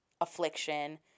affliction